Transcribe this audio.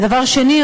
ודבר שני,